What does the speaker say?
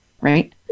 right